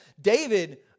David